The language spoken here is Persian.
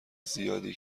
زیادی